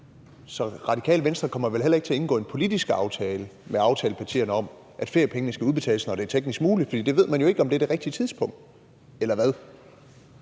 Så Radikale Venstre kommer vel heller ikke til at indgå i den politiske aftale med aftalepartierne om, at feriepengene skal udbetales, når det er teknisk muligt, for man ved jo ikke, om det er det rigtige tidspunkt – eller hvad?